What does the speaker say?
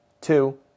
two